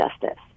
justice